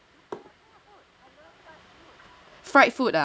fried food ah